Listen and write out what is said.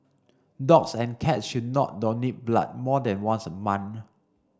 dogs and cats should not donate blood more than once a month